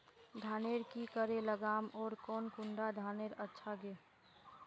धानेर की करे लगाम ओर कौन कुंडा धानेर अच्छा गे?